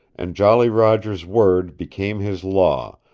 and jolly roger's word became his law,